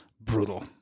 Brutal